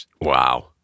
Wow